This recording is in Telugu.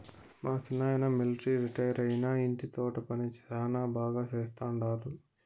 మా సిన్నాయన మిలట్రీ రిటైరైనా ఇంటి తోట పని శానా బాగా చేస్తండాడు